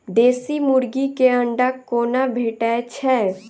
देसी मुर्गी केँ अंडा कोना भेटय छै?